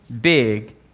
big